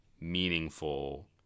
meaningful